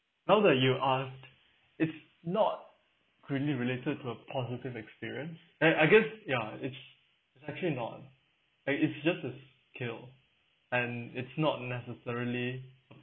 now that you asked it's not really related to a positive experience and I guess ya it's actually not and it's just a skill and it's not necessarily